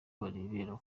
barebera